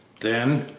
then,